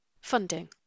Funding